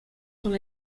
dans